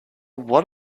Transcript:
what